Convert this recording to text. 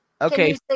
Okay